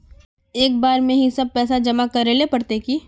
एक बार में ही सब पैसा जमा करले पड़ते की?